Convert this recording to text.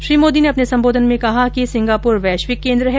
श्री मोदी ने अपने संबोधन में कहा कि सिंगापुर वैश्विक केंद्र है